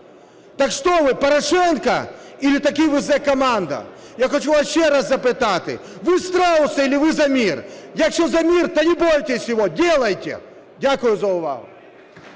Так что вы "Порошенко" или таки вы Зе-команда? Я хочу вас ще раз запитати: вы страусы или вы за мир? Якщо за мир, то не бойтесь его, делайте! Дякую за увагу.